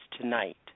tonight